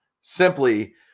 simply